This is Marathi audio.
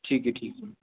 ठीक आहे ठीक आहे